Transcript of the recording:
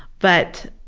but